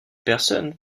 personnes